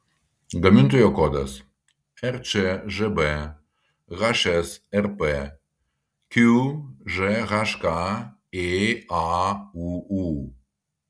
gamintojo kodas rčžb hsrp qžhk ėauu